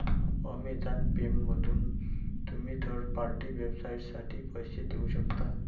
Amazon पेमधून तुम्ही third party वेबसाइटसाठी पैसे देऊ शकता